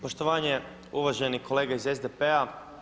Poštovanje uvaženi kolega iz SDP-a.